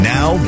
Now